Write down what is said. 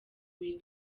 buri